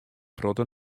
protte